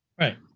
right